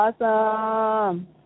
awesome